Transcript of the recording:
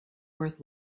worth